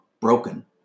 broken